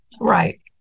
Right